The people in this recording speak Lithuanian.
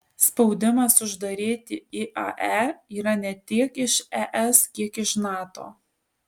spaudimas uždaryti iae yra ne tiek iš es kiek iš nato